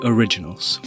Originals